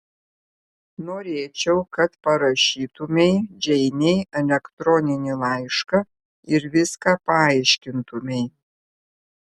norėčiau kad parašytumei džeinei elektroninį laišką ir viską paaiškintumei